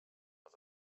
els